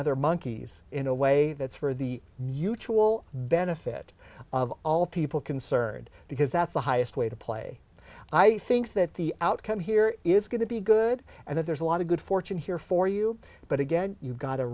other monkeys in a way that's for the usual benefit of all people concerned because that's the highest way to play i think that the outcome here is going to be good and that there's a lot of good fortune here for you but again you've got a